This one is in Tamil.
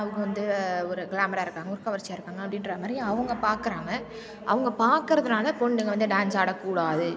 அவங்க வந்து ஒரு க்ளாமராக இருக்காங்க ஒரு கவர்ச்சியாக இருக்காங்க அப்படின்ற மாதிரி அவங்க பார்க்கறாங்க அவங்க பார்க்கறதுனால பொண்ணுங்க வந்து டான்ஸ் ஆடக் கூடாது